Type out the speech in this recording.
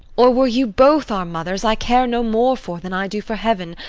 or were you both our mothers, i care no more for than i do for heaven,